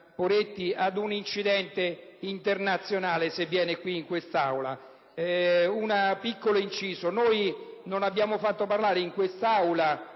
Poretti, ad un incidente internazionale se Gheddafi verrà in quest'Aula. Un piccolo inciso: non abbiamo fatto parlare in quest'Aula